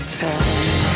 time